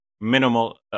minimal